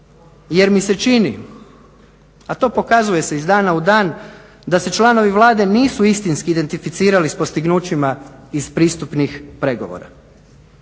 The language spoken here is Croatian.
jer mi se čini, a to se pokazuje iz dana u dan, da se članovi Vlade nisu istinski identificirali s postignućima iz pristupnih pregovora.